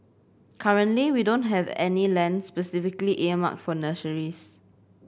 currently we don't have any land specifically earmarked for nurseries